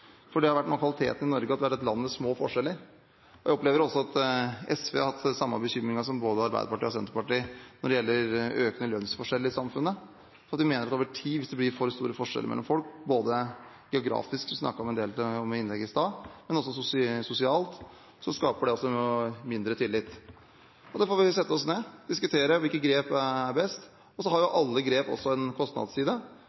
det er et land med små forskjeller. Jeg opplever også at SV har hatt den samme bekymringen som Arbeiderpartiet og Senterpartiet når det gjelder økende lønnsforskjeller i samfunnet. Vi mener at hvis det over tid blir for store forskjeller mellom folk, både geografisk – som jeg snakket en del om i innlegget mitt i sted – og sosialt, så skaper det mindre tillit. Vi får sette oss ned og diskutere hvilke grep som er best. Alle grep har